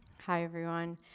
hi everyone.